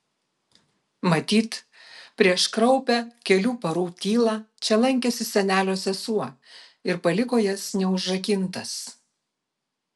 matyt prieš kraupią kelių parų tylą čia lankėsi senelio sesuo ir paliko jas neužrakintas